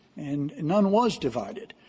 and none was divided.